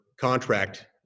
contract